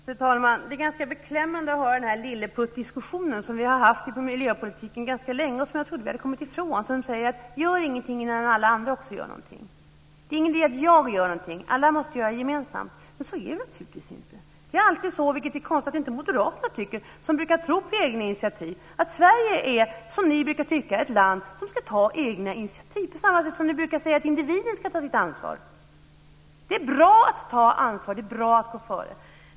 Fru talman! Det är ganska beklämmande att höra den här lilleputtdiskussionen som vi har haft i miljöpolitiken ganska länge. Jag trodde att vi hade kommit ifrån den. Den säger att man inte ska göra någonting innan alla andra också gör någonting. Det är ingen idé att jag gör någonting - alla måste göra det gemensamt. Men så är det naturligtvis inte. Moderaterna brukar tro på egna initiativ. Ni brukar tycka att Sverige är ett land som ska ta egna initiativ, på samma sätt som ni brukar säga att individen ska ta sitt ansvar. Det är bra att ta ansvar. Det är bra att gå före.